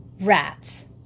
Rats